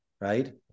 right